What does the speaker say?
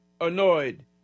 annoyed